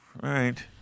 Right